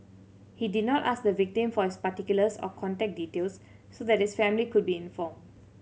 he did not ask the victim for his particulars or contact details so that his family could be informed